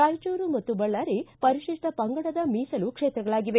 ರಾಯಚೂರು ಮತ್ತು ಬಳ್ಳಾರಿ ಪರಿಶಿಷ್ಷ ಪಂಗಡದ ಮೀಸಲು ಕ್ಷೇತ್ರಗಳಾಗಿವೆ